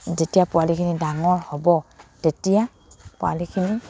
যেতিয়া পোৱালিখিনি ডাঙৰ হ'ব তেতিয়া পোৱালিখিনি